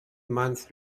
month